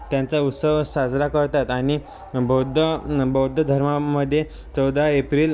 त्यांचा उत्सव साजरा करतात आणि बौद्ध बौद्ध धर्मामध्ये चौदा एप्रिल